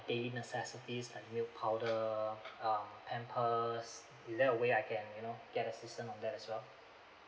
baby necessities like milk powder um pampers is there a way I can you know get assistant on that as well